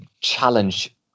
challenge